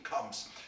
comes